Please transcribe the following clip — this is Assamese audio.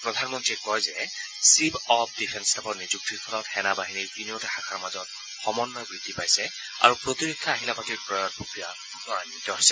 প্ৰধানমন্ত্ৰীয়ে কয় যে চীফ অব ডিফেন্স ষ্টাফৰ নিযুক্তিৰ ফলত সেনা বাহিনীৰ তিনিওটা শাখাৰ মাজত সমন্নয় বৃদ্ধি পাইছে আৰু প্ৰতিৰক্ষা আহিলাপাতি ক্ৰয়ৰ প্ৰক্ৰিয়া ত্বৰায়িত হৈছে